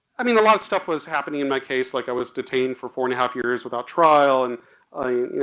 i mean a lot of stuff was happening in my case, like i was detained for four and a half years without trial and i,